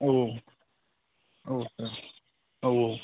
औ औ औ औ औ